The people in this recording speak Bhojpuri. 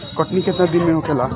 कटनी केतना दिन में होखेला?